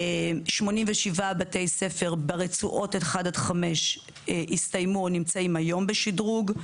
87 בתי ספר ברצועות 1 עד 5 הסתיימו או נמצאים היום בשדרוג.